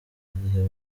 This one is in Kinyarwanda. igihe